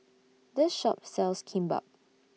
This Shop sells Kimbap